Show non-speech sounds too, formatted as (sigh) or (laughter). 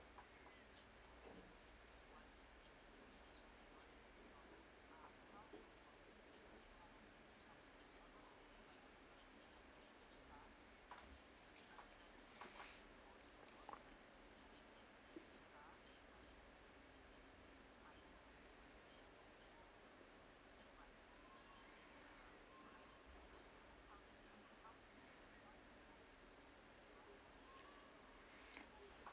(breath) (breath) (breath) (breath) (noise) (breath) (breath)